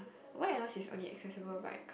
where else is only accessible bike